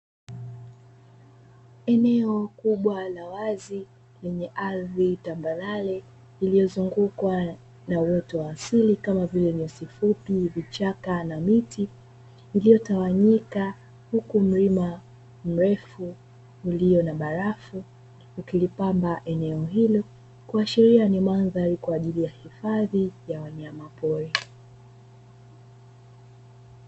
Eneo kubwa la wazi lenye ardhi tambarare, lililozungukwa na uoto wa asili, kama vile: nyasi fupi, vichaka na miti; iliyotawanyika huku mlima mrefu ulio na barafu, ukilipamba eneo hilo kuashiria ni mandhari kwa ajili ya hifadhi ya wanyamapori.